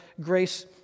grace